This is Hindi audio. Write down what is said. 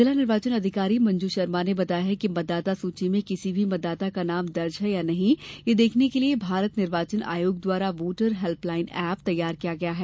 जिला निर्वाचन अधिकारी मंजू शर्मा ने बताया कि मतदाता सूची में किसी भी मतदाता का नाम दर्ज है या नहीं यह देखने के लिए भारत निर्वाचन आयोग द्वारा वोटर हेल्पलाइन एप तैयार किया गया है